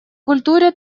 культуре